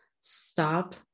Stop